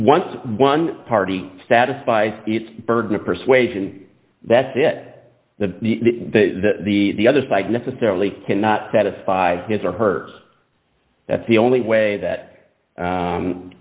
once one party status by burden of persuasion that's it the the the the other side necessarily cannot satisfy his or hers that's the only way that